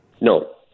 No